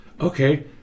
okay